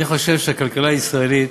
אני חושב שהכלכלה הישראלית,